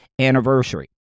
anniversary